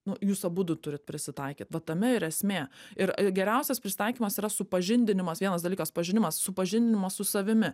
nu jūs abudu turit prisitaikyt va tame ir esmė ir geriausias prisitaikymas yra supažindinimas vienas dalykas pažinimas supažindinimas su savimi